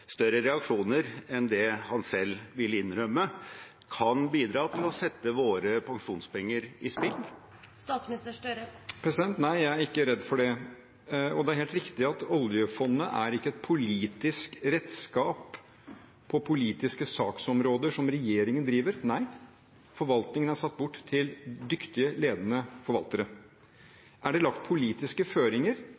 større reaksjoner enn det han selv vil innrømme, kan bidra til å sette våre pensjonspenger i spill? Nei, jeg er ikke redd for det. Det er helt riktig at oljefondet ikke er et politisk redskap på politiske saksområder som regjeringen driver. Nei, forvaltningen er satt bort til dyktige, ledende forvaltere.